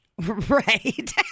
Right